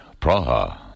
Praha